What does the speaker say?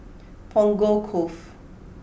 Punggol Cove